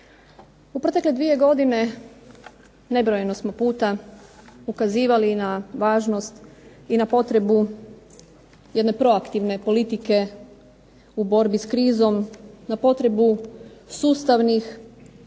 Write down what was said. U protekle dvije godine nebrojeno smo puta ukazivali i na važnost i na potrebu jedne proaktivne politike u borbi s krizom, na potrebu sustavnih